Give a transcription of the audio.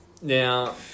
Now